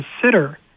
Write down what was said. consider